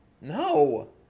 No